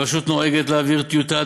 הרשות נוהגת להעביר טיוטה,